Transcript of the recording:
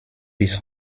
bis